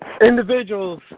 individuals